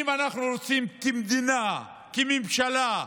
אם אנחנו רוצים כמדינה, כממשלה,